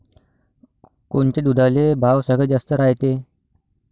कोनच्या दुधाले भाव सगळ्यात जास्त रायते?